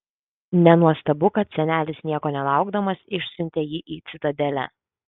nenuostabu kad senelis nieko nelaukdamas išsiuntė jį į citadelę